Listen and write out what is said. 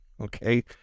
okay